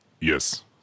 Yes